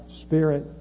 spirit